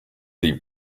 leave